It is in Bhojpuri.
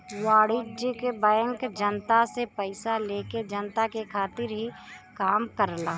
वाणिज्यिक बैंक जनता से पइसा लेके जनता के खातिर ही काम करला